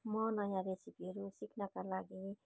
म नयाँ रेसिपीहरू सिक्नका लागि